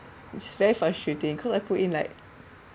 it's very frustrating cause I put in like